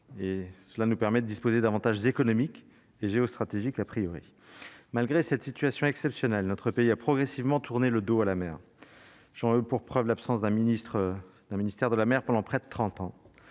cela nous permet de disposer d'avantages économiques et géostratégiques, a priori, malgré cette situation exceptionnelle, notre pays a progressivement tourné le dos à la mer, j'en veux pour preuve l'absence d'un ministre, le ministère de la mer pendant près de 30 ans,